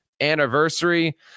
anniversary